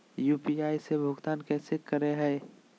UPI से भुगतान कैसे कैल जहै?